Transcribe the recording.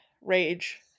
Rage